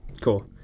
Cool